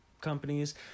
companies